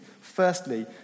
Firstly